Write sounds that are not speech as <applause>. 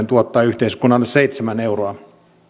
<unintelligible> tuottaa yhteiskunnalle seitsemän euroa